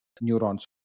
neurons